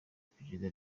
iperereza